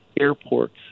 Airports